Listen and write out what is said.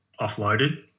offloaded